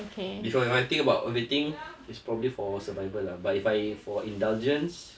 if your if your if I think about if you think is probably for survival lah but if I for indulgence